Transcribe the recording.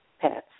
pets